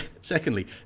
secondly